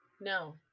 No